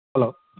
hello